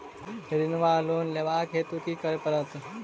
ऋण वा लोन लेबाक हेतु की करऽ पड़त?